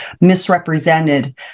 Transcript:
misrepresented